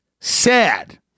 sad